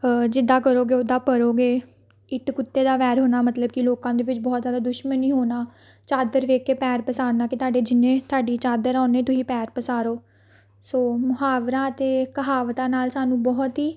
ਜਿੱਦਾਂ ਕਰੋਗੇ ਉੱਦਾਂ ਭਰੋਗੇ ਇੱਟ ਕੁੱਤੇ ਦਾ ਵੈਰ ਹੋਣਾ ਮਤਲਬ ਕਿ ਲੋਕਾਂ ਦੇ ਵਿੱਚ ਬਹੁਤ ਜ਼ਿਆਦਾ ਦੁਸ਼ਮਣੀ ਹੋਣਾ ਚਾਦਰ ਵੇਖ ਕੇ ਪੈਰ ਪਸਾਰਨਾ ਕਿ ਤੁਹਾਡੇ ਜਿੰਨੇ ਤੁਹਾਡੀ ਚਾਦਰ ਆ ਓਨੇ ਤੁਸੀਂ ਪੈਰ ਪਸਾਰੋ ਸੋ ਮੁਹਾਵਰਾ ਅਤੇ ਕਹਾਵਤਾਂ ਨਾਲ ਸਾਨੂੰ ਬਹੁਤ ਹੀ